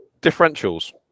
differentials